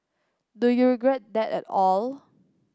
do you regret that at all